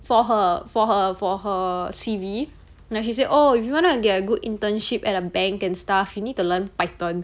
for her for her for her C_V then she said oh if you wanna get a good internship at a bank and stuff you need to learn python